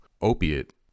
opiate